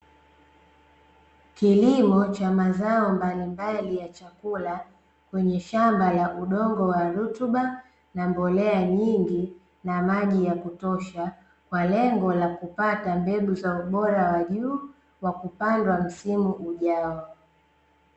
kilimo cha mazao mbalimbali ya chakula kwenye shamba la udongo wa rutuba na mbolea nyingi na maji ya kutosha ,kwa lengo la kupata mbegu za ubora wa juu wa kupandwa msimu ujao.